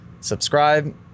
Subscribe